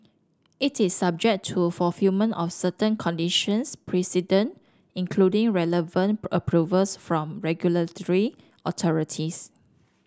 it is subject to fulfilment of certain conditions precedent including relevant approvals from regulatory authorities